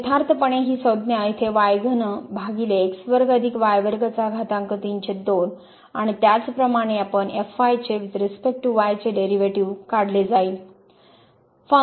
यथार्थपणे ही संज्ञा येथे आणि त्याचप्रमाणे आपण चे वुईथ रिस्पेक्ट टू y चे डेरीवेटीव काढले जाईल